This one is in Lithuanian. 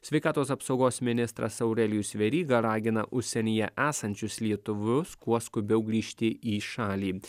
sveikatos apsaugos ministras aurelijus veryga ragina užsienyje esančius lietuvius kuo skubiau grįžti į šalį